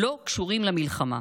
לא קשורים למלחמה.